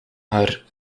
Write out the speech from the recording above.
haar